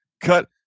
cut